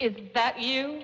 if that you